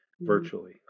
virtually